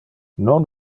non